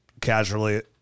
casually